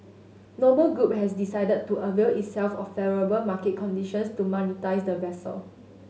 Noble Group has decided to avail itself of favourable market conditions to monetise the vessel